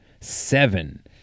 seven